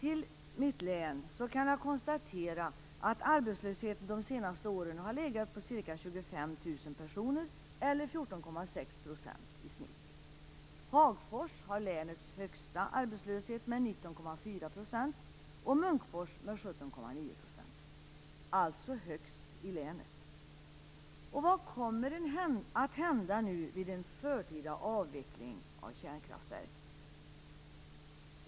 I mitt län har arbetslösheten de senaste åren legat på ca 25 000 personer, eller 14,6 % i snitt. Hagfors har länets högsta arbetslöshet med 19,4 % och Munkfors med 17,9 %, alltså högst i länet. Vad kommer nu att hända vid en förtida avveckling av kärnkraftverk?